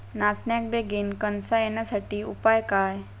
नाचण्याक बेगीन कणसा येण्यासाठी उपाय काय?